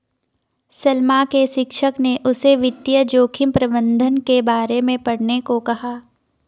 सलमा के शिक्षक ने उसे वित्तीय जोखिम प्रबंधन के बारे में पढ़ने को कहा